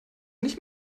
nicht